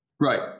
Right